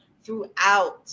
throughout